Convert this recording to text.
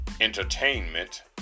entertainment